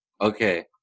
okay